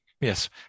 Yes